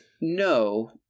No